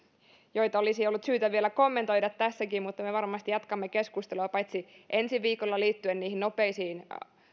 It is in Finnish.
joita olisi ollut syytä vielä kommentoida tässäkin mutta me varmasti jatkamme keskustelua ensi viikolla liittyen niihin nopeisiin